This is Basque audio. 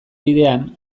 bidean